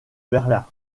berlin